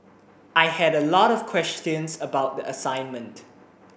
I had a lot of questions about the assignment